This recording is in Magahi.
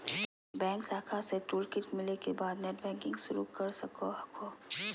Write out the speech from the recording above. बैंक शाखा से टूलकिट मिले के बाद नेटबैंकिंग शुरू कर सको हखो